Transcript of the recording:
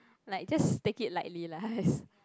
like just take it lightly lah